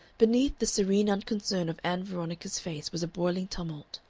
beneath the serene unconcern of ann veronica's face was a boiling tumult.